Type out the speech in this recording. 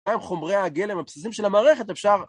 מה עם חומרי הגלם, הבסיסים של המערכת אפשר...